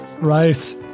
Rice